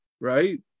right